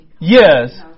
Yes